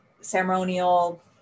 ceremonial